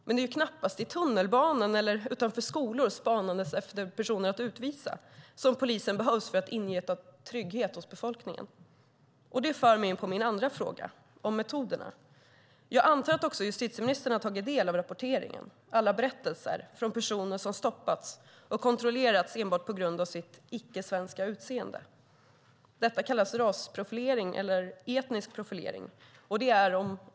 Men det är knappast i tunnelbanan eller utanför skolor spanandes efter personer att utvisa som polisen behövs för att ingjuta trygghet hos befolkningen. Det för mig in på min andra fråga, om metoderna. Jag antar att också justitieministern har tagit del av rapporteringen, alla berättelser från personer som stoppats och kontrollerats enbart på grund av sitt icke-svenska utseende. Detta kallas rasprofilering eller etnisk profilering.